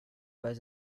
pas